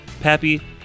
pappy